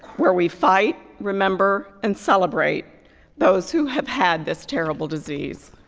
where we fight, remember, and celebrate those who have had this terrible disease.